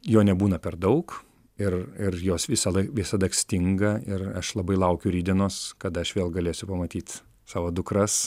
jo nebūna per daug ir ir jos visąlaik visada stinga ir aš labai laukiu rytdienos kada aš vėl galėsiu pamatyt savo dukras